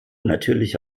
natürliche